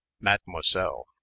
Mademoiselle